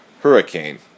hurricane